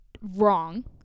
wrong